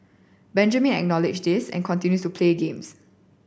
Benjamin acknowledge this and continues to play games